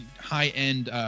high-end